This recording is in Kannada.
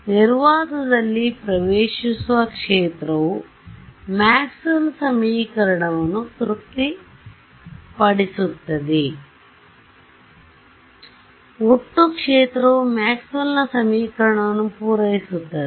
ನಿರ್ವಾತದಲ್ಲಿ ಪ್ರವೇಶಿಸುವ ಕ್ಷೇತ್ರವು ಮ್ಯಾಕ್ಸ್ವೆಲ್Maxwell's ಸಮೀಕರಣವನ್ನು ತೃಪ್ತಿಪಡಿಸುತ್ತದೆ ಒಟ್ಟು ಕ್ಷೇತ್ರವು ಮ್ಯಾಕ್ಸ್ವೆಲ್ನ ಸಮೀಕರಣಗಳನ್ನು ಪೂರೈಸುತ್ತದೆ